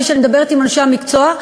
בלי שאני מדברת עם אנשי המקצוע,